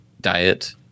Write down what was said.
diet